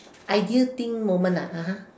I didn't think moment ah (uh huh)